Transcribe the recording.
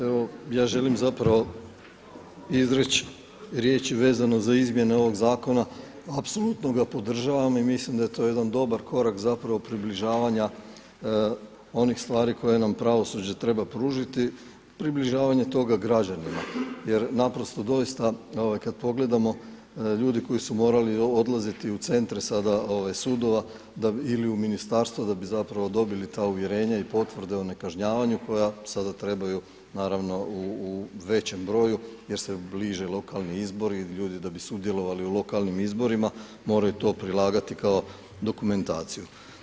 Evo ja želim zapravo izreći riječi vezano za izmjene ovoga zakona, apsolutno ga podržavam i mislim da je to jedan dobar korak približavanja onih stvari koje nam pravosuđe treba pružiti, približavanja toga građanima jer naprosto doista kada pogledamo ljudi koji su morali odlazit u centre sudova ili u ministarstvo da bi dobili ta uvjerenja ili potvrde o nekažnjavanju koja sada trebaju naravno u većem broju jer se bliže lokalni izbori, ljudi da bi sudjelovali u lokalnim izborima moraju to prilagati kao dokumentaciju.